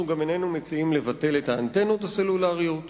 אנחנו גם איננו מציעים לבטל את האנטנות הסלולריות,